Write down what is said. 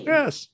Yes